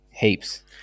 Heaps